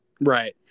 Right